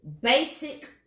basic